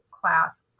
class